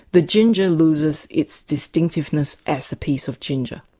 the ginger loses its distinctiveness as a piece of ginger.